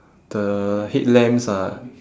the headlamps are